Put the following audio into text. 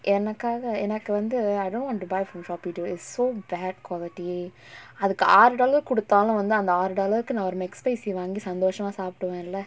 எனக்காக எனக்கு வந்து:enakaaga enakku vanthu I don't want to buy from Shopee dude is so bad quality அதுக்கு ஆறு:athukku aaru dollar குடுத்தாலும் வந்து அந்த ஆறு:kuduthalum vanthu antha aaru dollar கு நா ஒரு:ku naa oru make spicy ah வாங்கி சந்தோஷமா சாப்டுவன்ள:vaangi santhoshamaa saapduvanla